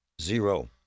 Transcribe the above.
zero